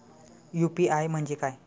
UPI म्हणजे काय?